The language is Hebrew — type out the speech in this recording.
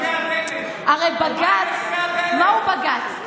הרי בג"ץ, מהו בג"ץ?